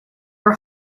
are